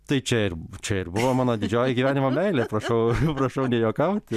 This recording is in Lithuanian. tai čia ir čia ir buvo mano didžioji gyvenimo meilė prašau prašau nejuokauti